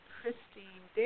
Christine